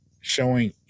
showing